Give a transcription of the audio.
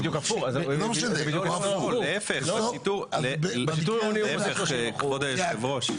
להיפך כבוד יושב הראש,